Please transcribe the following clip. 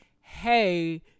hey